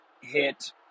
hit